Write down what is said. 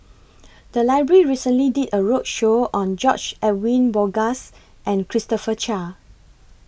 The Library recently did A roadshow on George Edwin Bogaars and Christopher Chia